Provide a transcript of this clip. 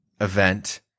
event